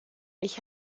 ich